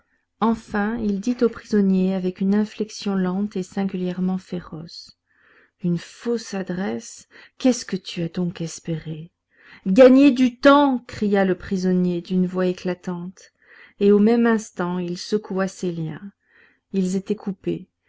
enfin il dit au prisonnier avec une inflexion lente et singulièrement féroce une fausse adresse qu'est-ce que tu as donc espéré gagner du temps cria le prisonnier d'une voix éclatante et au même instant il secoua ses liens ils étaient coupés